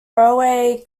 railway